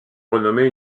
renommée